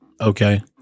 okay